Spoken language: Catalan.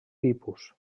tipus